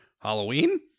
Halloween